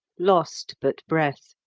lost but breath.